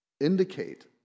indicate